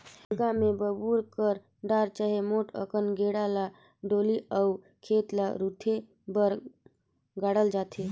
ढोड़गा मे बबूर कर डार चहे मोट अकन गेड़ा ल डोली अउ खेत ल रूधे बर गाड़ल जाथे